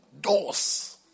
Doors